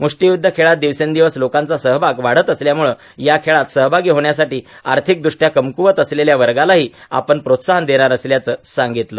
मुष्टीयुध्द खेळात दिवसेंदिवस लोकांचा सहभाग वाढत असल्यामुळे या खेळात सहभागी होण्यासाठी आर्थिकदृष्टया कमक्वत असलेल्या वर्गालाही आपण प्रोत्साहन देणार असल्याचं सांगितलं